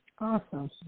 Awesome